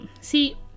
See